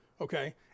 okay